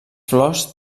flors